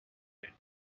رود